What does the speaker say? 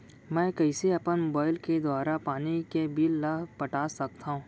मैं कइसे अपन मोबाइल के दुवारा पानी के बिल ल पटा सकथव?